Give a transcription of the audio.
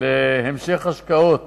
להמשך השקעות